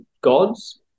gods